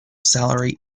salary